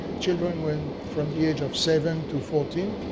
ah children went from the age of seven to fourteen.